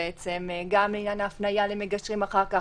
גם עניין ההפניה למגשרים אחר כך,